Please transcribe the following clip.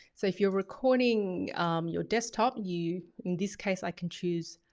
so if you're recording your desktop, you, in this case, i can choose,